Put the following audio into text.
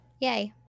yay